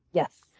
yes.